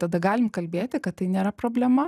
tada galim kalbėti kad tai nėra problema